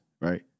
right